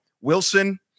Wilson